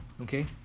okay